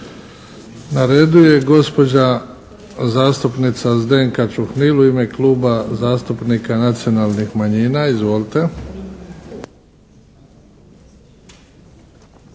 Na redu je gospođa zastupnica Zdenka Čuhnil u ime Kluba zastupnika nacionalnih manjina. Izvolite.